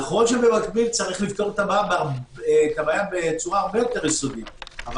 נכון שבמקביל צריך לפתור את הבעיה בצורה הרבה יותר יסודית אבל